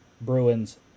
Bruins